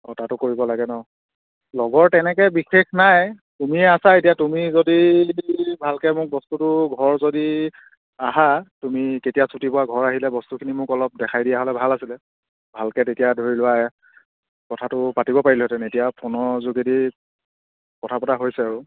অঁ তাতো কৰিব লাগে ন লগৰ তেনেকৈ বিশেষ নাই তুমিয়ে আছা এতিয়া তুমি যদি ভালকৈ মোক বস্তুটো ঘৰ যদি আহা তুমি কেতিয়া ছুটী পোৱা ঘৰ আহিলে বস্তুখিনি মোক অলপ দেখাই দিয়া হ'লে ভাল আছিলে ভালকৈ তেতিয়া ধৰি লোৱা কথাটো পাতিব পাৰিলোহঁতেনে এতিয়া ফোনৰ যোগেদি কথা পতা হৈছে আৰু